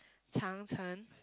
Chang-Chen